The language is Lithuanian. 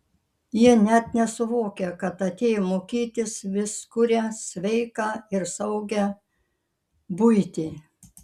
jie net nesuvokia kad atėjo mokytis vis kuria sveiką ir saugią buitį